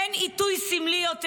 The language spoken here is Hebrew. אין עיתוי סמלי יותר